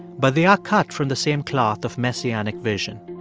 but they are cut from the same cloth of messianic vision.